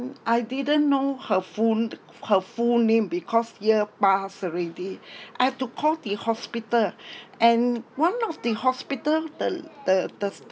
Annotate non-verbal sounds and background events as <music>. I didn't know her full her full name because year pass already I've to call the hospital <breath> and one of the hospital the <noise> the the staff